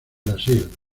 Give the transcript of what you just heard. brasil